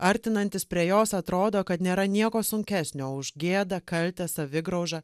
artinantis prie jos atrodo kad nėra nieko sunkesnio už gėdą kaltę savigraužą